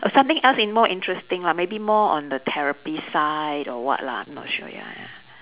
something else in~ more interesting lah maybe more on the therapist side or what lah not sure ya ya